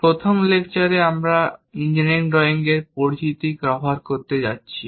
1ম লেকচারে আমরা ইঞ্জিনিয়ারিং ড্রয়িং এর পরিচিতি কভার করতে যাচ্ছি